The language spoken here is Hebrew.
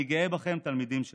אני גאה בכם, תלמידים שלי.